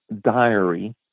diary